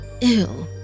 Ew